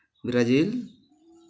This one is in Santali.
ᱵᱨᱟᱡᱤᱞ